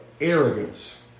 arrogance